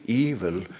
evil